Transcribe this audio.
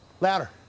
Louder